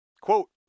Quote